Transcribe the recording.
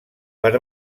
per